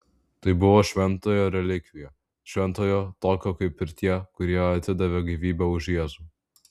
tai buvo šventojo relikvija šventojo tokio kaip ir tie kurie atidavė gyvybę už jėzų